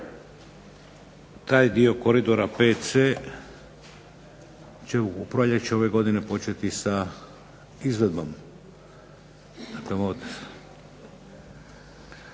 taj dio koridora 5C će u proljeće ove godine početi sa izvedbom,